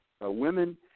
Women